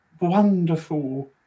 wonderful